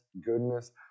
goodness